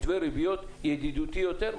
מתווה ריביות ידידותי יותר.